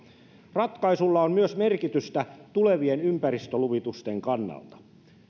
ratkaisulla on myös merkitystä tulevien ympäristöluvitusten kannalta